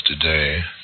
today